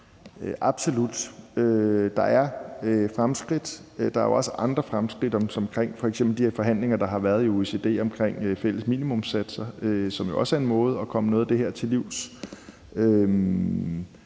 Absolut. Der er fremskridt. Der er også andre fremskridt som f.eks. de her forhandlinger, der har været i OECD, omkring fælles minimumssatser, som jo også er en måde at komme noget af det her til livs